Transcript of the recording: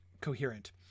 coherent